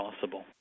possible